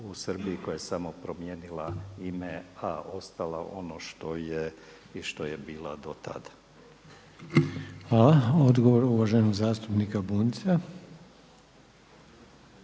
u Srbiji i koja je samo promijenila ime a ostala ono što je i što je bila do tada. **Reiner, Željko (HDZ)** Hvala. Odgovor uvaženog zastupnika Bunjca.